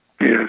Yes